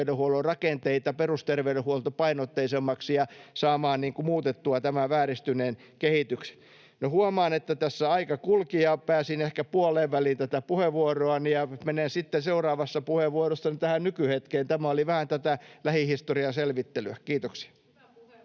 terveydenhuollon rakenteita perusterveydenhuoltopainotteisemmiksi ja saamaan muutettua tämän vääristyneen kehityksen. No huomaan, että tässä aika kulki ja pääsin ehkä puoleen väliin tätä puheenvuoroani. Menen sitten seuraavassa puheenvuorossani tähän nykyhetkeen — tämä oli vähän tätä lähihistorian selvittelyä. — Kiitoksia.